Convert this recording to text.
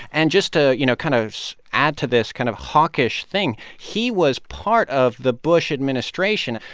and just to, you know, kind of add to this kind of hawkish thing he was part of the bush administration,